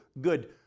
Good